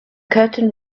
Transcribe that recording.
curtain